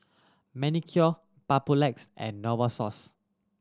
Manicare Papulex and Novosource